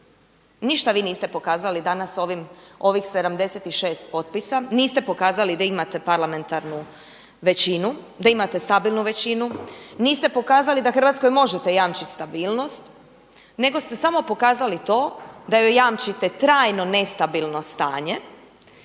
Ništa vi niste pokazali danas s ovih 76 potpisa, niste pokazali da imate parlamentarnu većinu, da imate stabilnu većinu. Niste pokazali da Hrvatskoj možete jamčiti stabilnost nego ste samo pokazali to da joj jamčite trajno nestabilno stanje.